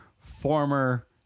former